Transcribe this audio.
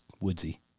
woodsy